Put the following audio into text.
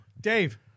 Dave